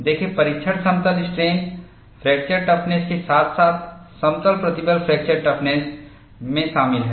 देखें परीक्षण समतल स्ट्रेन फ्रैक्चर टफनेस के साथ साथ समतल प्रतिबल फ्रैक्चर टफनेस में शामिल है